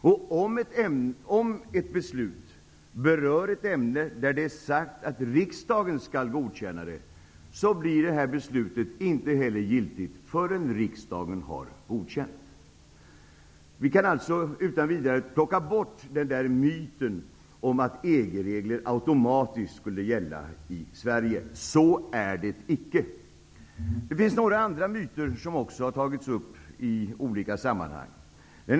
Om ett beslut berör ett ämne där det är sagt att riksdagen skall godkänna beslutet, blir heller inte detta beslut giltigt förrän riksdagen har godkänt det. Vi kan alltså utan vidare plocka bort myten om att EG-regler automatiskt skulle gälla i Sverige. Så är det icke! Det finns några andra myter som också har tagits upp i olika sammanhang.